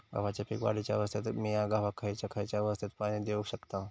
गव्हाच्या पीक वाढीच्या अवस्थेत मिया गव्हाक खैयचा खैयचा अवस्थेत पाणी देउक शकताव?